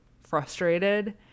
frustrated